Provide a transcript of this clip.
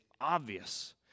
obvious